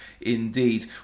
indeed